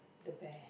the bear